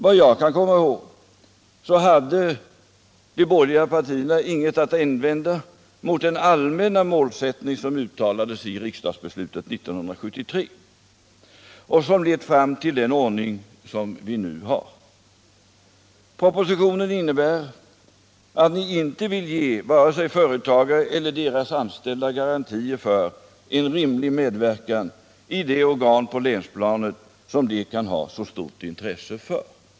Vad jag kan komma ihåg hade de = ling, m.m. borgerliga partierna ingenting att invända mot den allmänna målsättning som uttalades i riksdagsbeslutet 1973 och som lett fram till den ordning vi nu har. Propositionen innebär att ni inte vill ge vare sig företagare eller deras anställda garantier för en rimlig medverkan i det organ på länsplanet som de kan ha så stort intresse för.